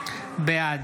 בעד